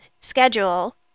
schedule